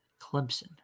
Clemson